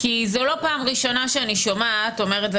כי זו לא פעם ראשונה שאני שומעת אומר את זה